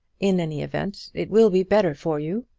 in any event it will be better for you.